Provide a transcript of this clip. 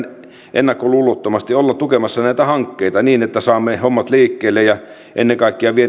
ennakkoluulottomasti olla tukemassa näitä hankkeita niin että saamme hommat liikkeelle ja ennen kaikkea